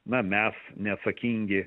na mes neatsakingi